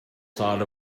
thought